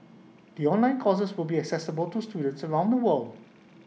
the online courses will be accessible to students around the world